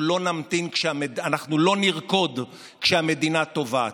אנחנו לא נרקוד כשהמדינה טובעת.